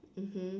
mmhmm